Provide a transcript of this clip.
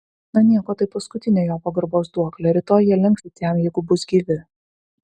na nieko tai paskutinė jo pagarbos duoklė rytoj jie lenksis jam jeigu bus gyvi